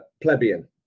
Plebeian